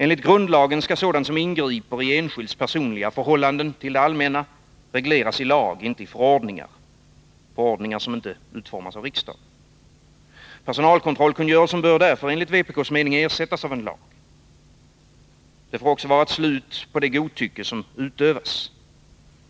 Enligt grundlagen skall sådant som ingriper i enskilds personliga förhållanden regleras i lag, inte i förordningar, som inte utformas av riksdagen. Personalkontrollkungörelsen bör därför enligt vpk:s mening ersättas av en lag. Det får också vara slut på det godtycke som utövas.